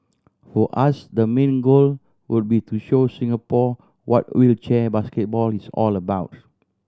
for us the main goal would be to show Singapore what wheelchair basketball is all about